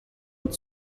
und